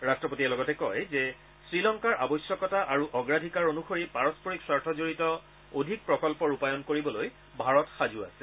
ৰট্টপতিয়ে লগতে কয় যে শ্ৰীলংকাৰ আৱশ্যকতা আৰু অগ্ৰাধিকাৰ অনুসৰি পাৰস্পৰিক স্বাৰ্থ জড়িত অধিক প্ৰকল্প ৰূপায়ণ কৰিবলৈ ভাৰত সাজু আছে